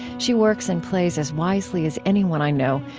she works and plays as wisely as anyone i know,